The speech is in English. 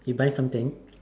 you buy something